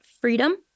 freedom